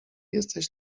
jesteś